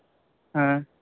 हां